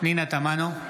פנינה תמנו,